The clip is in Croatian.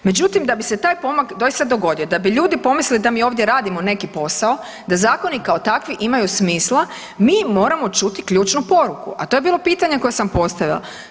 Međutim, da bi se taj pomak doista dogodio, da bi ljudi pomislili da mi ovdje radimo neki posao, da zakoni kao takvi imaju smisla mi moramo čuti ključnu poruku, a to je bilo pitanje koje sam postavila.